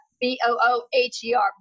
B-O-O-H-E-R